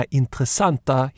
intressanta